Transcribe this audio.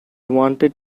wanted